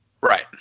Right